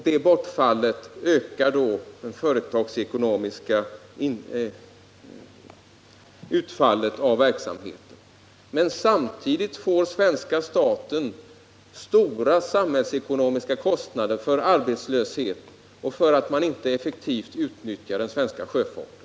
Detta bortfall förbättrar det företagsekonomiska utfallet av verksamheten, men samtidigt får svenska staten stora samhällsekonomiska kostnader för arbetslöshet och för att man inte effektivt utnyttjar den svenska sjöfarten.